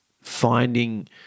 finding